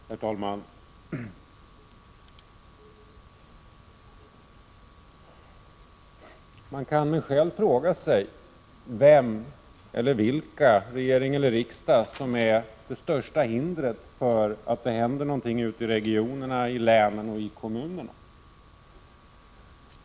Herr talman! Man kan med skäl fråga sig vem eller vilka — regering eller 21 maj 1987 riksdag — som utgör det största hindret för att det skall hända något ute i regionerna, i länen och i kommunerna.